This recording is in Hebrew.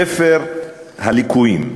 ספר הליקויים,